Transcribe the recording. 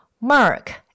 Mark